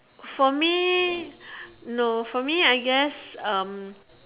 for me no for me I guess um